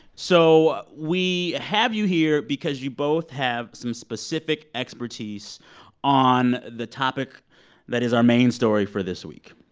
so we have you here because you both have some specific expertise on the topic that is our main story for this week.